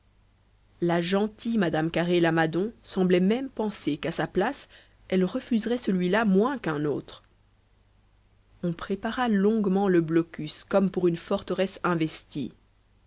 la gentille mme carré lamadon semblait même penser qu'à sa place elle refuserait celui-là moins qu'un autre on prépara longuement le blocus comme pour une forteresse investie